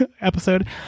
episode